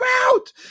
out